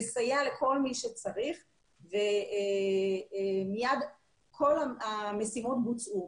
לסייע לכל מי שצריך ומיד כל המשימות בוצעו,